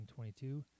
2022